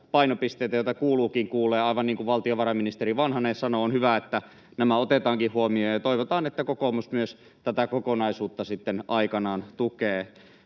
painopisteitä, joita kuuluukin kuulla. Aivan niin kuin valtiovarainministeri Vanhanen sanoo, on hyvä, että nämä otetaankin huomioon, ja toivotaan, että myös kokoomus tätä kokonaisuutta sitten aikanaan tukee.